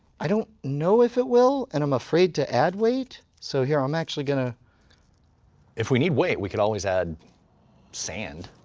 i don't know if it will and i'm afraid to add weight. so here i'm actually going to if we need weight, we could always add sand.